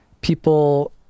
people